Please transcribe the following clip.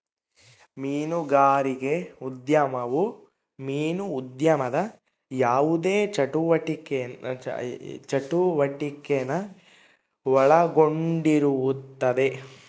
ಮೀನುಗಾರಿಕೆ ಉದ್ಯಮವು ಮೀನು ಉದ್ಯಮದ ಯಾವುದೇ ಚಟುವಟಿಕೆನ ಒಳಗೊಂಡಿರುತ್ತದೆ